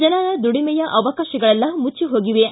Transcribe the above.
ಜನರ ದುಡಿಮೆಯ ಅವಕಾಶಗಳೆಲ್ಲ ಮುಚ್ಚಿ ಹೋಗಿವೆ